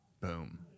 Boom